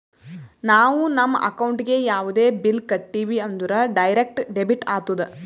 ನಾವು ನಮ್ ಅಕೌಂಟ್ಲೆ ಯಾವುದೇ ಬಿಲ್ ಕಟ್ಟಿವಿ ಅಂದುರ್ ಡೈರೆಕ್ಟ್ ಡೆಬಿಟ್ ಆತ್ತುದ್